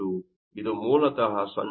ಇದು ಮೂಲತಃ 0